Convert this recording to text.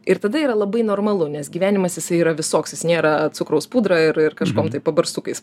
ir tada yra labai normalu nes gyvenimas jisai yra visoks jis nėra cukraus pudra ir ir kažkuom tai pabarstukais